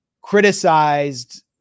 criticized